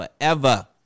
forever